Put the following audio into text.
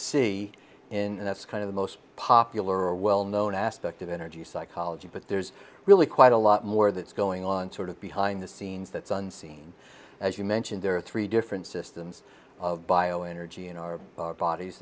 see in that's kind of the most popular a well known aspect of energy psychology but there's really quite a lot more that's going on sort of behind the scenes that's unseen as you mentioned there are three different systems of bio energy in our bodies